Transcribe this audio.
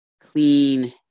clean